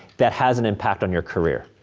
that has an impact on your career.